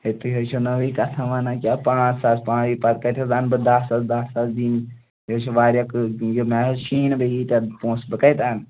ہے تُہۍ حظ چھِ نٔوٕے کَتھا وَنان کیٛاہ پانٛژھ ساس پانے پَتہٕ کَتہِ حظ اَنہٕ بہٕ دَہ ساس دَہ ساس دِنۍ یہِ حظ چھُ واریاہ قٕی یہِ مےٚ حظ چھِیی نہٕ بیٚیہِ یٖتیٛاہ پونٛسہٕ بہٕ کتہِ اَنہٕ